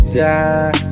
die